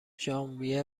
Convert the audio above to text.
ژانویه